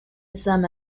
some